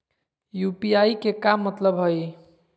UPI के का मतलब हई?